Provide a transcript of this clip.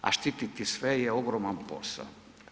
A štititi sve je ogroman posao.